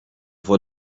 voor